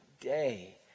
day